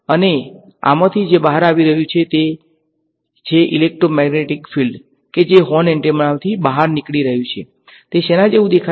અને આમાંથી જે બહાર આવી રહ્યું છે તે એ છે કે ઇલેક્ટ્રોમેગ્નેટિક ફિલ્ડ કે જે હોર્ન એન્ટેનામાંથી બહાર નીકળી રહ્યું છે તે શેના જેવુ દેખાય છે